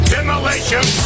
Demolition